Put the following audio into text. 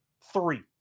three